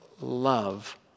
love